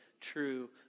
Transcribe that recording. true